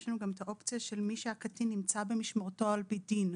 יש לנו גם אופציה של מי שהקטין נמצא במשמרתו על פי דין,